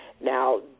Now